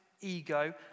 ego